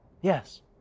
yes